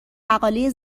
مقاله